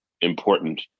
important